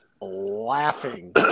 laughing